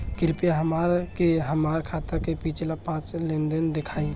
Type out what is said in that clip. कृपया हमरा के हमार खाता के पिछला पांच लेनदेन देखाईं